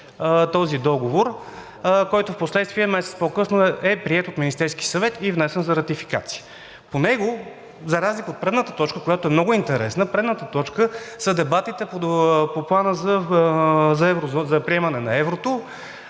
този договор, който впоследствие месец по късно е приет от Министерския съвет и внесен за ратификация. По него за разлика от предната точка, която е много интересна, предната точка са дебатите по Плана за приемане на еврото,